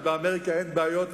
ובאמריקה אין בעיות,